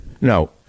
No